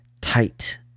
tight